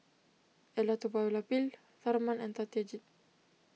Elattuvalapil Tharman and Satyajit